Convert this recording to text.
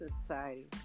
Society